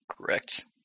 Correct